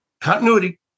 continuity